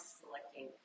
selecting